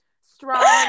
strong